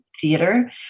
theater